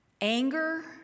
anger